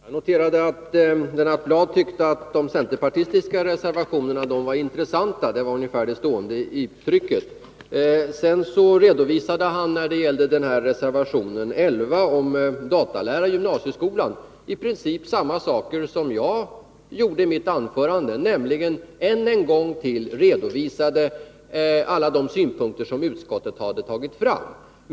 Fru talman! Jag noterade att Lennart Bladh tyckte att de centerpartistiska reservationerna ”var intressanta”; ungefär det var det stående uttrycket. Sedan redovisade han beträffande reservation 11 om datalära i gymnasieskolan i princip samma saker som jag redovisade i mitt anförande. Han redogjorde än en gång för alla de synpunkter som utskottet tagit fram.